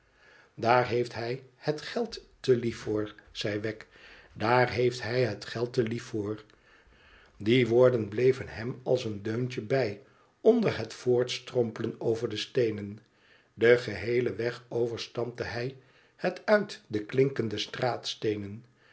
tdaar heeft hij het geld te lief voor zei wegg tdaar heeft hij het geld te lief voor die woorden bleven hem als een deuntje bij onder het voortstrompelen over de steenen den geheelen weg over stampte hij het uit de klinkende straatsteenen